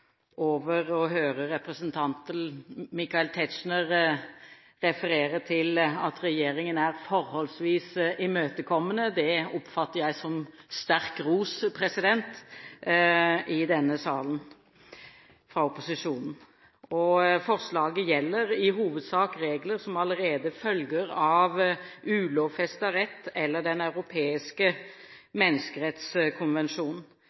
over å høre representanten Michael Tetzschner referere til at regjeringen er «forholdsvis imøtekommende». Det oppfatter jeg som sterk ros fra opposisjonen i denne salen. Forslaget gjelder i hovedsak regler som allerede følger av ulovfestet rett eller Den